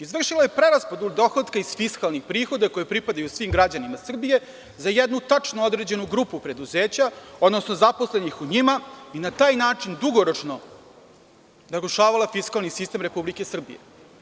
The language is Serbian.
Izvršila je preraspodelu dohotka iz fiskalnih prihoda koji pripadaju svim građanima Srbije, za jednu tačno određenu grupu preduzeća, odnosno zaposlenih u njima i na taj način dugoročno narušavala fiskalni sistem Republike Srbije.